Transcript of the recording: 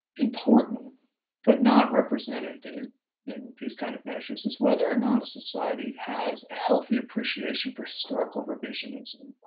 important but not representative in these kinds of measures, is whether or not a society has a healthy appreciation for historical revisionism.